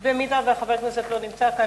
אם חבר הכנסת לא נמצא כאן,